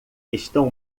estão